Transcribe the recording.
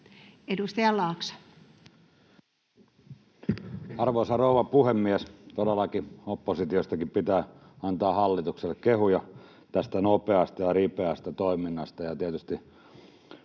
Content: Arvoisa rouva puhemies! Todellakin, oppositiostakin pitää antaa hallitukselle kehuja tästä nopeasta ja ripeästä toiminnasta